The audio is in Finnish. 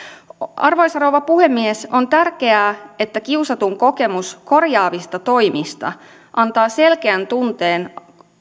arvoisa rouva puhemies on tärkeää että kiusatun kokemus korjaavista toimista antaa selkeän tunteen